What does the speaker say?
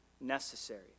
necessary